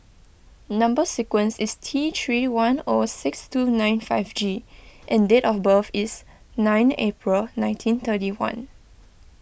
Number Sequence is T three one O six two nine five G and date of birth is nine April nineteen thirty one